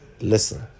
Listen